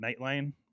Nightline